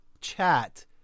chat